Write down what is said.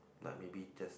like maybe just